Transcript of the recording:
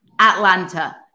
Atlanta